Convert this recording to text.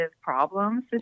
problems